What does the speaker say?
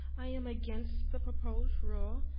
i am against the proposed rule.